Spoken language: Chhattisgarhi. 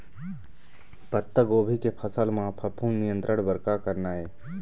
पत्तागोभी के फसल म फफूंद नियंत्रण बर का करना ये?